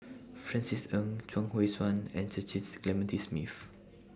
Francis Ng Chuang Hui Tsuan and Cecil's Clementi Smith